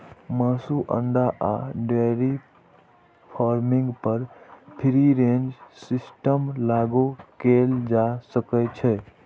मासु, अंडा आ डेयरी फार्मिंग पर फ्री रेंज सिस्टम लागू कैल जा सकै छै